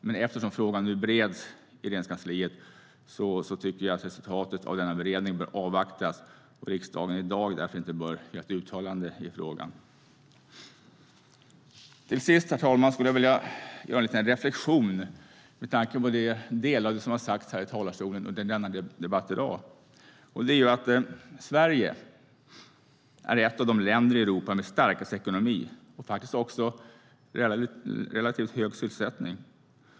Men eftersom frågan bereds i Regeringskansliet bör resultatet av denna beredning avvaktas, och riksdagen bör därför inte göra ett uttalande i frågan i dag. Herr talman! Till sist ska jag göra en liten reflexion med tanke på en del av det som har sagts under dagens debatt. Sverige är ett av de länder i Europa som har starkast ekonomi, och vi har också relativt hög sysselsättning.